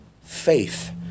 faith